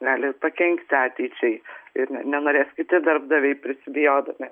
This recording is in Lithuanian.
gali pakenkti ateičiai ir ne nenorės kiti darbdaviai prisibijodami